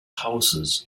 houses